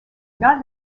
not